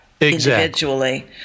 individually